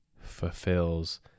fulfills